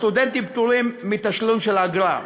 הסטודנטים פטורים מתשלום של האגרה.